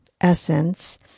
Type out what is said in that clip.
essence